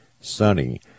sunny